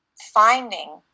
finding